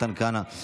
מתן כהנא,